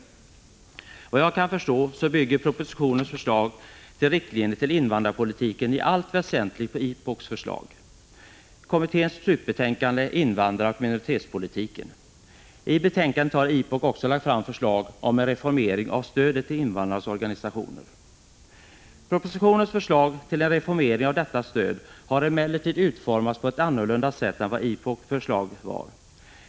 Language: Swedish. Efter vad jag kan förstå bygger propositionens förslag till riktlinjer för invandrarpolitiken i allt väsentligt på IPOK:s förslag i kommitténs slutbetänkande Invandraroch minoritetspolitiken. I betänkandet har IPOK också lagt fram förslag om en reformering av stödet till invandrarnas organisationer. Propositionens förslag till en reformering av detta stöd har emellertid utformats på ett annorlunda sätt än vad IPOK:s förslag var.